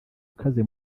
ukaze